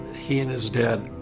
he and his dad